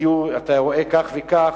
בסיור אתה רואה כך וכך,